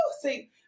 see